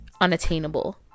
unattainable